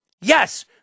Yes